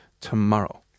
tomorrow